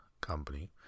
company